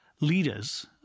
Leaders